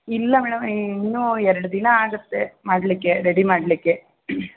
ಇಲ್ಲ ಮೇಡಮ್ ಇನ್ನೂ ಎರಡು ದಿನ ಆಗತ್ತೆ ಮಾಡಲಿಕ್ಕೆ ರೆಡಿ ಮಾಡಲಿಕ್ಕೆ